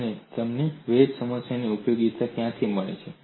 અને તમને વેજ સમસ્યાની ઉપયોગિતા ક્યાંથી મળે છે